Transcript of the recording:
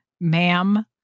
ma'am